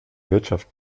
wirtschaft